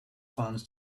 funds